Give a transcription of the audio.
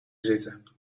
zitten